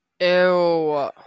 Ew